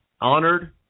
honored